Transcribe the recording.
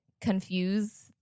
confuse